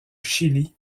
chili